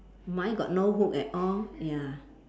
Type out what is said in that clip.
mine got no hook at all ya